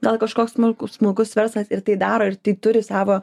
gal kažkoks smulkus smulkus verslas ir tai daro ir tai turi savo